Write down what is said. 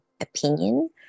opinion